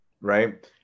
right